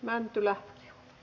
mäntylä